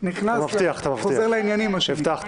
חוזר לעניינים, מה שנקרא.